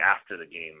after-the-game